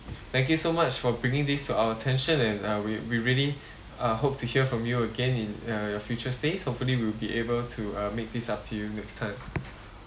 thank you so much for bringing this to our attention and uh we we really uh hope to hear from you again in uh your future stays hopefully we'll be able to uh make this up to you next time